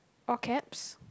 all caps